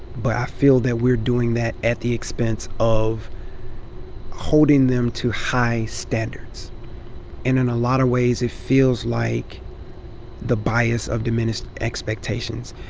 but i feel that we're doing that at the expense of holding them to high standards. and in a lot of ways, it feels like the bias of diminished expectations.